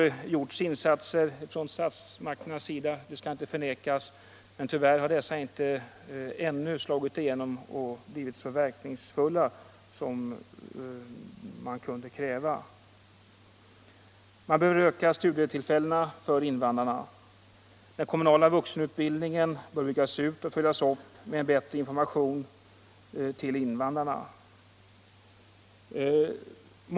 Det skall inte förnekas att statsmakterna har gjort insatser på detta område, men tyvärr har dessa ännu inte slagit igenom och blivit så verkningsfulla som man kunde kräva. Studietillfällena för invandrarna behöver ökas. Den kommunala vuxenutbildningen bör byggas ut och följas upp med en bättre information till invandrarna om denna möjlighet.